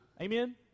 Amen